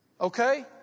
Okay